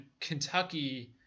Kentucky